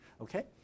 Okay